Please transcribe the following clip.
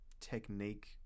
technique